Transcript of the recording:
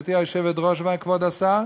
גברתי היושבת-ראש וכבוד השר,